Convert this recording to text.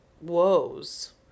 woes